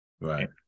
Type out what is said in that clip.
right